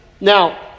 Now